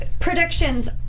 predictions